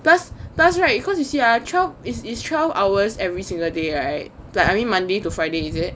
plus plus right cause you see ah twelve is is twelve hours every single day right like I mean monday to friday is it